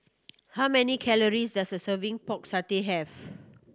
how many calories does a serving Pork Satay have